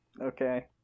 Okay